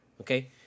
Okay